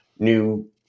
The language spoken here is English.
new